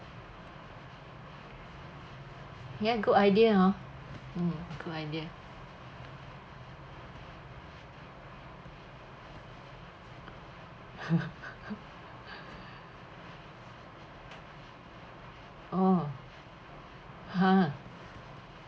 ya good idea hor mm good idea oh !huh!